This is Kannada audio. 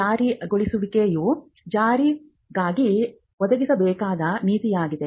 ಜಾರಿಗೊಳಿಸುವಿಕೆಯು ಜಾರಿಗಾಗಿ ಒದಗಿಸಬೇಕಾದ ನೀತಿಯಾಗಿದೆ